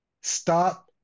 Stop